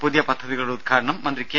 പുതിയ പദ്ധതികളുടെ ഉദ്ഘാടനം മന്ത്രി കെ